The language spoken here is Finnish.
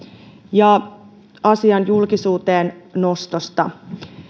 ja asian julkisuuteen nostosta